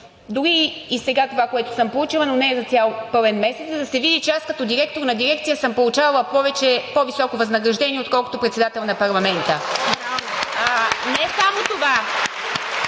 дори и сега това, което съм получила, но не е за цял пълен месец, за да се види, че аз като директор на дирекция съм получавала по-високо възнаграждение, отколкото като председател на парламента. (Продължителни